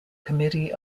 committee